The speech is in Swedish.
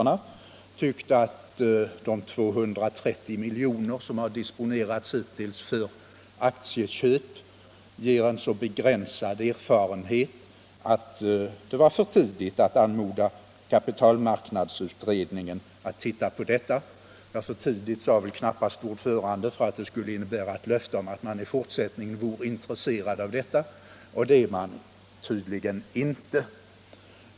Han tyckte att de 230 miljoner som har disponerats hittills för aktieköp ger en så begränsad erfarenhet att det var för tidigt att anmoda kapitalmarknadsutredningen att se på saken. Ja, för tidigt sade väl ordföranden egentligen inte, för det skulle ju innebära ett löfte om att man i fortsättningen vore intresserad av en sådan granskning, och det är man tydligen inte.